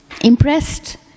impressed